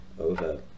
over